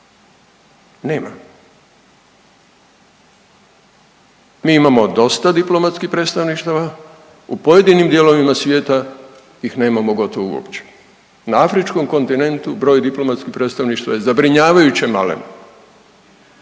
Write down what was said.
nema. Mi imamo dosta diplomatskih predstavništava, u pojedinim dijelovima svijeta ih nemamo gotovo uopće. Na afričkom kontinentu broj diplomatskih predstavništava je zabrinjavajuće malen,